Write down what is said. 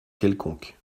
quelconque